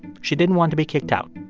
she didn't want to be kicked out